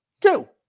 Two